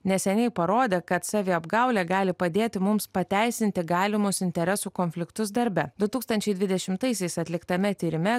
neseniai parodė kad saviapgaulė gali padėti mums pateisinti galimus interesų konfliktus darbe du tūkstančiai dvidešimtaisiais atliktame tyrime